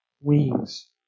wings